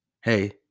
hey